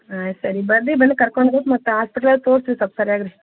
ಹಾಂ ಸರಿ ಬನ್ರಿ ಬಂದು ಕರ್ಕೊಂಡು ಹೋಗಿ ಮತ್ತು ಹಾಸ್ಪಿಟ್ಲಲ್ಲಿ ತೋರ್ಸಿ ರೀ ಸೊಲ್ಪ್ ಸರಿಯಾಗಿ ರಿ